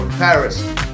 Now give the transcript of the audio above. Paris